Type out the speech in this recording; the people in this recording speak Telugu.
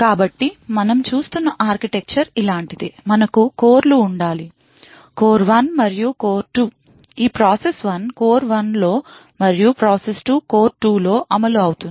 కాబట్టి మనం చూస్తున్న ఆర్కిటెక్చర్ ఇలాంటిదే మనకు కోర్లు ఉండాలి కోర్ 1 మరియు కోర్ 2 ఈ ప్రాసెస్ 1 కోర్ 1 లో మరియు ప్రాసెస్ 2 కోర్ 2 లో అమలు అవుతుంది